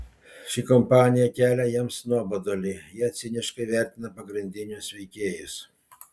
ši kampanija kelia jiems nuobodulį jie ciniškai vertina pagrindinius veikėjus